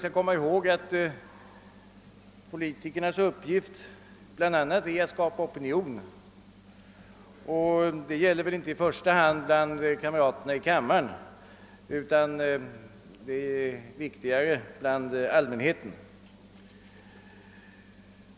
En politikers uppgift är bl.a. att skapa opinion, men inte i första hand bland kamraterna i kammaren. Det är viktigare att han försöker göra det hos allmänheten.